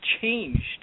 changed